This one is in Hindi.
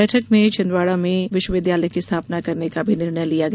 बैठक में छिंदवाड़ा में विश्वविद्यालय की स्थापना करने का भी निर्णय लिया गया